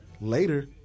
later